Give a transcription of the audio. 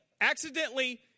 accidentally